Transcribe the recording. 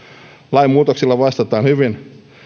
lainmuutoksilla vastataan hyvin